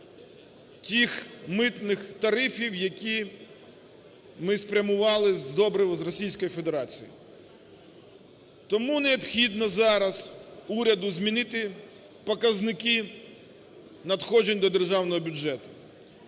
тих митних тарифів, які ми спрямували з добрив з Російської Федерації. Тому необхідно зараз уряду змінити показники надходжень до державного бюджету.